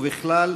ובכלל